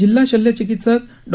जिल्हा शल्य चिकीत्सक डॉ